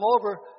over